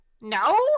No